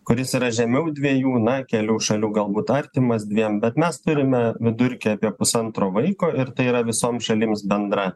kuris yra žemiau dviejų na kelių šalių galbūt artimas dviem bet mes turime vidurkį apie pusantro vaiko ir tai yra visoms šalims bendra